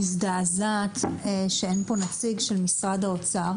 מזדעזעת שאין פה נציג של משרד האוצר,